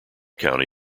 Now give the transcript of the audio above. county